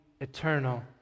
eternal